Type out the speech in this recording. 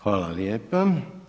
Hvala lijepa.